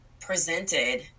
presented